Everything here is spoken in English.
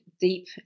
deep